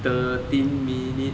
thirteen minutes